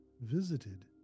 visited